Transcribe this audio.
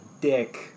dick